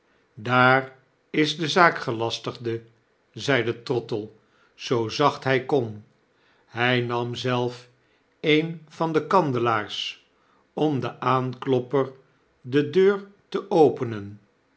daar is de zaakgelastigde zeide trottle zoo zacht hy kon hj nam zelf een van de kandelaars om den aanklopper de deur te openen